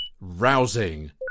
rousing